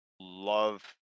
love